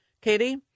Katie